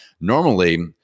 normally